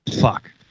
Fuck